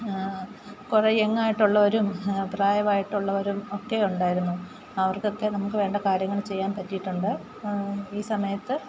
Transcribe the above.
കുറേ യങ്ങായിട്ടുള്ളവരും പ്രായമായിട്ടുള്ളവരും ഒക്കെ ഉണ്ടായിരുന്നു അവർക്ക് ഒക്കെ നമുക്ക് വേണ്ട കാര്യങ്ങൾ ചെയ്യാൻ പറ്റിയിട്ടുണ്ട് ഈ സമയത്ത്